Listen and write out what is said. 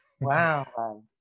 Wow